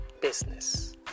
business